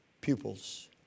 pupils